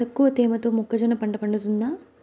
తక్కువ తేమతో మొక్కజొన్న పంట పండుతుందా?